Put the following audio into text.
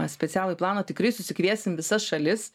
specialųjį planą tikrai susikviesim visas šalis